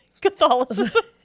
Catholicism